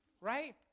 right